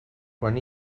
quan